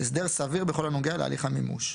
הסדר סביר בכל הנוגע להליך המימוש,